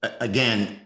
again